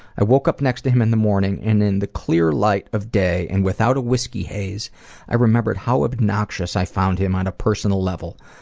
i woke up next to him in the morning, and in the clear light of day and without a whiskey haze i remembered how obnoxious i found him on a personal level.